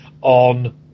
on